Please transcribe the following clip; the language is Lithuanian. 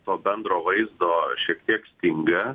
to bendro vaizdo šiek tiek stinga